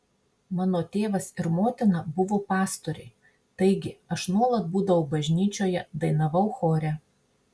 mano tėvas ir motina buvo pastoriai taigi aš nuolat būdavau bažnyčioje dainavau chore